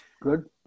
good